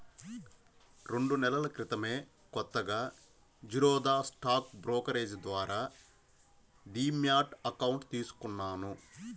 రెండు నెలల క్రితమే కొత్తగా జిరోదా స్టాక్ బ్రోకరేజీ ద్వారా డీమ్యాట్ అకౌంట్ తీసుకున్నాను